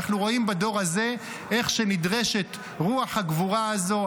ואנחנו רואים בדור הזה איך שנדרשת רוח הגבורה הזו,